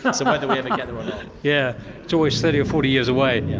um whether whether yeah yeah so always thirty or forty years away.